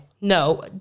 No